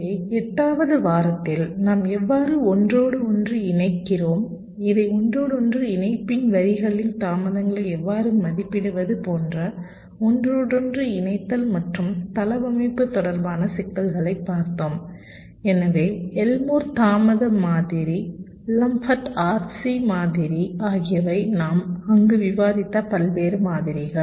எனவே 8 வது வாரத்தில் நாம் எவ்வாறு ஒன்றோடொன்று இணைக்கிறோம் இந்த ஒன்றோடொன்று இணைப்பின் வரிகளின் தாமதங்களை எவ்வாறு மதிப்பிடுவது போன்ற ஒன்றோடொன்று இணைத்தல் மற்றும் தளவமைப்பு தொடர்பான சிக்கல்களைப் பார்த்தோம் எனவே எல்மோர் தாமத மாதிரி லம்பட் RC மாதிரிகள் ஆகியவை நாம் அங்கு விவாதித்த பல்வேறு மாதிரிகள்